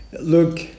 Look